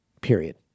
Period